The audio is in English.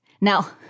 Now